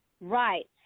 Right